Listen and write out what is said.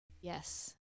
Yes